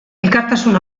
elkartasun